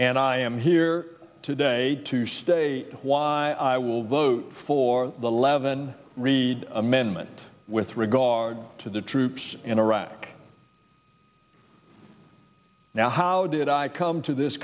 and i am here today to stay why i will vote for the leaven reid amendment with regard to the troops in iraq now how do but i come to this